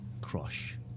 Crush